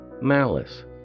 malice